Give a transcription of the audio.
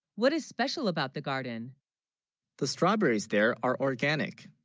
what is special about the garden the strawberries there are organic